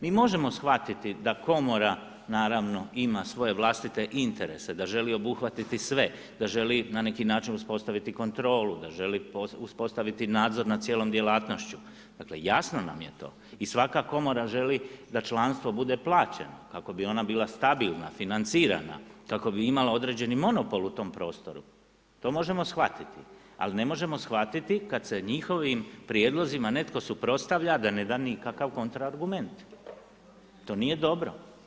Mi možemo shvatiti da komora naravno ima svoje vlastite interese, da želi obuhvatiti sve, da želi na neki način uspostaviti kontrolu da želi uspostaviti nadzor nad cijelom djelatnošću, dakle jasno nam je to i svaka komora želi da članstvo bude plaćeno kako bi ona bila stabilna, financirana, kako bi imala određeni monopol u tom prostoru, to možemo shvatiti ali ne možemo shvatiti kada se njihovim prijedlozima netko suprotstavlja da ne da nikakav kontra argument i to nije dobro.